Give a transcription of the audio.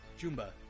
Jumba